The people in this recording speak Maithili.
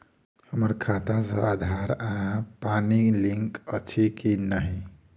हम्मर खाता सऽ आधार आ पानि लिंक अछि की नहि?